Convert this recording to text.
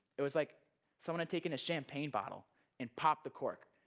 it was like someone had taken a champagne bottle and pop the cork,